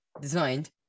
designed